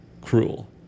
Cruel